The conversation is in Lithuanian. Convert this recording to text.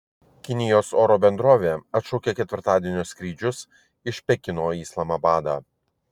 kinijos oro bendrovė atšaukė ketvirtadienio skrydžius iš pekino į islamabadą